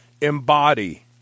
embody